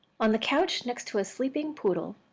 on the couch next to a sleeping poodle.